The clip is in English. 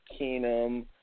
keenum